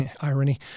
Irony